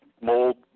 mold